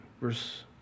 verse